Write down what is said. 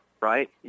Right